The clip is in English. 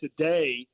today